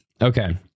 Okay